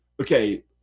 Okay